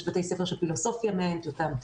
יש בתי ספר שפילוסופיה מעניינת אותם,